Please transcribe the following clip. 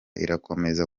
irakomeza